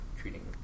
treating